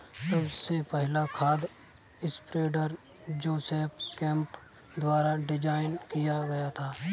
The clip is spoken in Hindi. सबसे पहला खाद स्प्रेडर जोसेफ केम्प द्वारा डिजाइन किया गया था